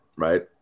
right